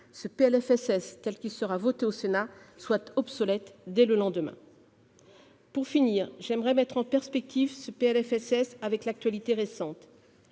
le texte qui sera voté au Sénat soit obsolète dès le lendemain du vote ... Pour finir, j'aimerais mettre en perspective ce PLFSS avec l'actualité récente.